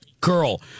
Girl